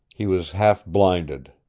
he was half blinded.